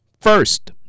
First